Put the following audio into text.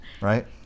right